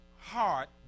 heart